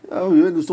ya